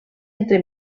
entre